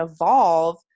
evolve